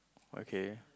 okay